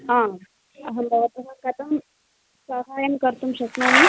अहं भवतः कथं सहायं कर्तुं शक्नोमि